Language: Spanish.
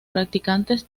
practicantes